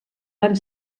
van